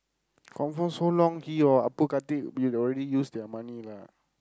confirm so long he or Appu Karthik already use their money lah